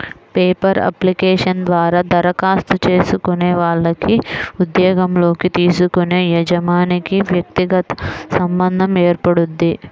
paper application ద్వారా దరఖాస్తు చేసుకునే వాళ్లకి ఉద్యోగంలోకి తీసుకునే యజమానికి వ్యక్తిగత సంబంధం ఏర్పడుద్ది